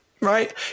right